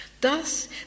Thus